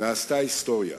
נעשתה היסטוריה.